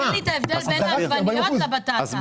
תסביר לי את ההבדל בין עגבניות לבטטה,